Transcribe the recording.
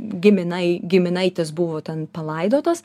giminai giminaitis buvo ten palaidotas